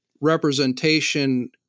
representation